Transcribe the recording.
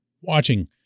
Watching